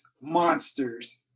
monsters